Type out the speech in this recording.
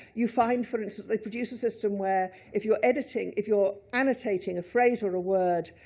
you find, for instance, they produce a system where, if you're editing, if you're annotating a phrase or a word,